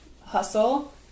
Hustle